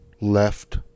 left